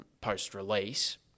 post-release